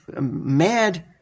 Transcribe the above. mad